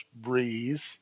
breeze